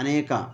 अनेके